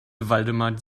waldemar